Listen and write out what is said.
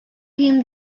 him